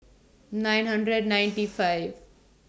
nine hundred ninety five